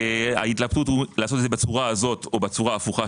שההתלבטות היא לעשות את זה בצורה הזאת או בצורה ההפוכה,